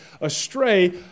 astray